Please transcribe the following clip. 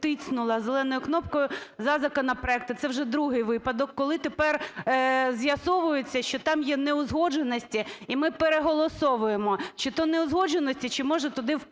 тиснула зеленою кнопкою за законопроект. І це вже другий випадок, коли тепер з'ясовується, що там є неузгодженості, і ми переголосовуємо. Чи то неузгодженості, чи може туди впхали